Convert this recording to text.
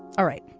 all right.